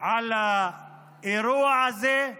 על האירוע הזה,